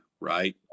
right